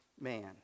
man